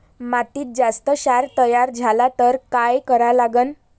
मातीत जास्त क्षार तयार झाला तर काय करा लागन?